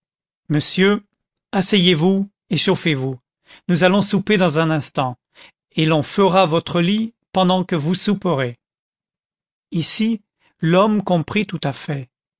monsieur asseyez-vous et chauffez-vous nous allons souper dans un instant et l'on fera votre lit pendant que vous souperez ici l'homme comprit tout à fait